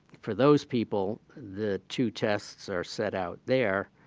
for those people, the two tests are set out there,